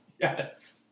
Yes